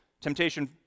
Temptation